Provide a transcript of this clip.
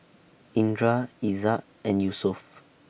Indra Izzat and Yusuf